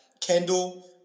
Kendall